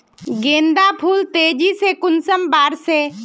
गेंदा फुल तेजी से कुंसम बार से?